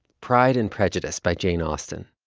pride and prejudice by jane austen.